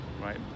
Right